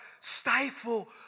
stifle